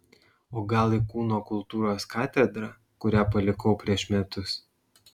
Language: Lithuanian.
o gal į kūno kultūros katedrą kurią palikau prieš metus